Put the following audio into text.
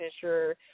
sure